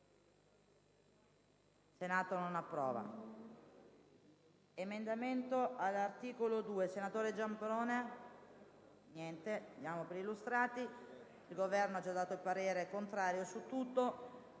Senato non approva**.